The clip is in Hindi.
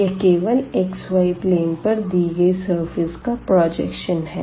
यह केवल xy प्लेन पर दी गई सरफेस का प्रजेक्शन है